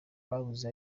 babuze